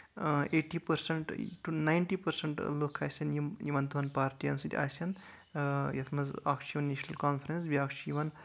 eighty percent to ninety percent لُکھ آسَن یِم یِمن دۄن پارٹین سۭتۍ آسن یَتھ منٛز اکھ چھُ یوان نیشنل کانفرنس بیاکھ چھُ یوان